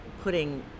putting